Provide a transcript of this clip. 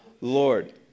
Lord